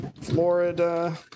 Florida